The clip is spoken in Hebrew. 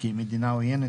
כי היא מדינה עוינת,